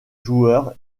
joueurs